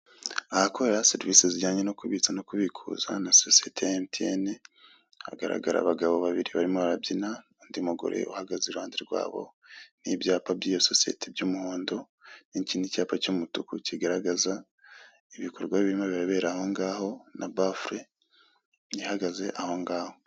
Ahakorerwa serivisi zijyanye no kubitsa no kubikuza na sosiyete ya emutiyeni, hagaragara abagabo babiri barimo barabyina, undi mugore uhagaze iruhande rwabo, n'ibyapa by'iyo sosiyete by'umuhondo, n'ikindi cyapa cy'umutuku kigaragaza ibikorwa birimo birabera aho ngaho, na bafure ihagaze aho ngaho.